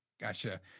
Gotcha